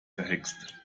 verhext